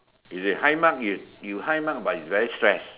is it high mark is you high mark but is very stress